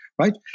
right